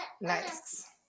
nice